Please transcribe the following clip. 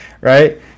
Right